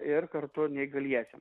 ir kartu neįgaliesiem